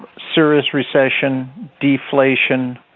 serious recession, deflation,